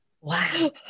wow